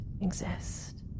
exist